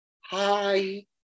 Hi